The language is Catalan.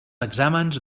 exàmens